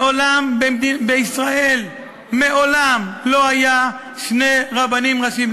מעולם בישראל לא היו שני רבנים ראשיים.